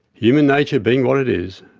human nature being what it is,